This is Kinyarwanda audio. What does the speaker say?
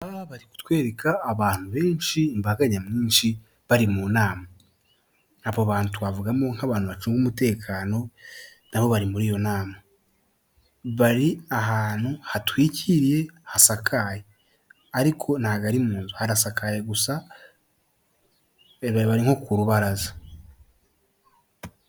Bari kutwereka abantu benshi imbaga nyamwinshi bari mu nama abo bantu twavugamo nk'abantu bacunga umutekano nabo bari muri iyo nama. Bari ahantu hatwikiriye, hasakaye ariko ntabwo hatwikiriye harasakaye gusa bari nko ku rubaraza.